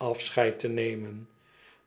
afscheid te nemen